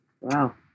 wow